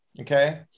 Okay